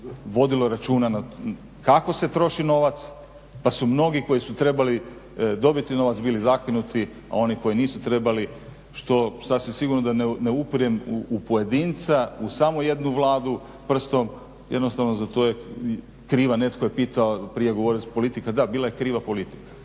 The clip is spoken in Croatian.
vodilo računa kako se troši novac, da su mnogi koji su trebali dobiti novac ili zakinuti, a oni koji nisu trebali, što sasvim sigurno da ne upirem u pojedinca, u samo jednu Vladu prstom, jednostavno za to je kriva, netko je pitao, prije govorili smo politika, da, bila je kriva politika.